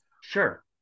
Sure